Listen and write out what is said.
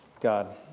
God